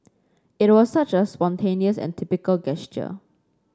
it was such a spontaneous and typical gesture